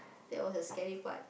that was a scary part